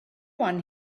one